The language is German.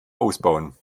ausbauen